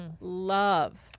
Love